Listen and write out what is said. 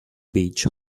beach